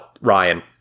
Ryan